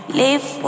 live